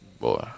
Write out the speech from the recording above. Boy